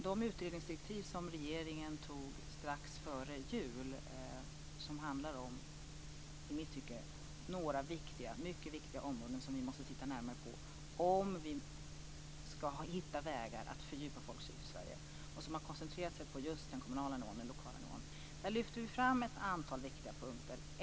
De utredningsdirektiv som regeringen antog före jul handlar om några i mitt tycke mycket viktiga områden som vi måste titta närmare på om vi ska hitta vägar att fördjupa folkstyret i Sverige. Koncentrationen ligger just på den kommunala nivån, den lokala nivån. Där lyfter vi fram ett antal viktiga punkter.